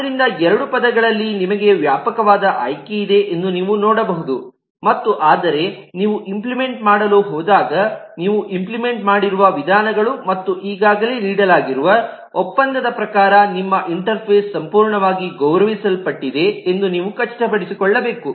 ಆದ್ದರಿಂದ ಎರಡೂ ಪದಗಳಲ್ಲಿ ನಿಮಗೆ ವ್ಯಾಪಕವಾದ ಆಯ್ಕೆ ಇದೆ ಎಂದು ನೀವು ನೋಡಬಹುದು ಮತ್ತು ಆದರೆ ನೀವು ಇಂಪ್ಲಿಮೆಂಟ್ ಮಾಡಲು ಹೋದಾಗ ನೀವು ಇಂಪ್ಲಿಮೆಂಟ್ ಮಾಡಿರುವ ವಿಧಾನಗಳು ಮತ್ತು ಈಗಾಗಲೇ ನೀಡಲಾಗಿರುವ ಒಪ್ಪಂದದ ಪ್ರಕಾರ ನಿಮ್ಮ ಇಂಟರ್ಫೇಸ್ ಸಂಪೂರ್ಣವಾಗಿ ಗೌರವಿಸಲ್ಪಟ್ಟಿದೆ ಎಂದು ನೀವು ಖಚಿತಪಡಿಸಿಕೊಳ್ಳಬೇಕು